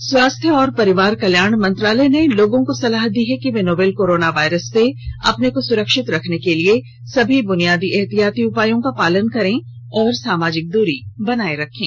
में स्वास्थ्य और परिवार कल्याण मंत्रालय ने लोगों को सलाह दी है कि वे नोवल कोरोना वायरस से अपने को सुरक्षित रखने के लिए सभी बुनियादी एहतियाती उपायों का पालन करें और सामाजिक दूरी बनाए रखें